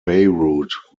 beirut